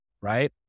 right